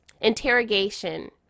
interrogation